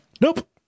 Nope